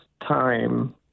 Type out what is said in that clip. time